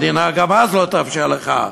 המדינה גם אז לא תרשה לך.